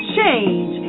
Change